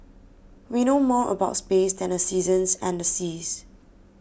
we know more about space than the seasons and the seas